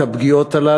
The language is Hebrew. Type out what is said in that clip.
את הפגיעות הללו.